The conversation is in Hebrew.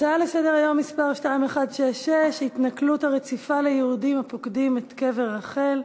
הצעה לסדר-היום מס' 2166: ההתנכלות הרציפה ליהודים הפוקדים את קבר רחל,